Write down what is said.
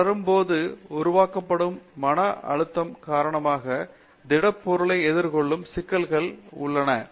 வளரும் போது உருவாக்கப்படும் மன அழுத்தம் காரணமாக திடப்பொருளை எதிர்கொள்ளும் சிக்கல்கள் உள்ளன